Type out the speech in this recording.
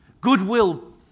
Goodwill